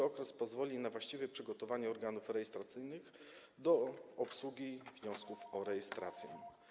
Ten okres pozwoli na właściwe przygotowanie się organów rejestracyjnych do obsługi wniosków o rejestrację.